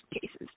cases